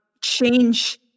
change